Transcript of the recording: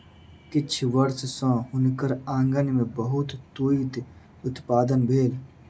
किछ वर्ष सॅ हुनकर आँगन में बहुत तूईत उत्पादन भेल